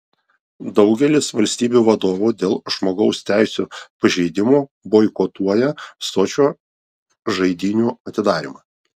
daugelis valstybių vadovų dėl žmogaus teisių pažeidimų boikotuoja sočio žaidynių atidarymą